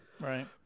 Right